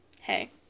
Hey